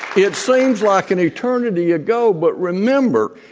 it seems like an eternity ago but remember,